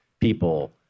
People